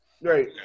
Right